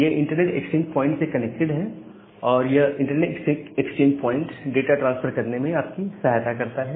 ये internet exchange point से connected है और यह internet exchange point data transfer करने में आपकी सहायता करता है